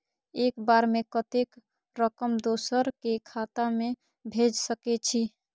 एक बार में कतेक रकम दोसर के खाता में भेज सकेछी?